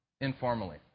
informally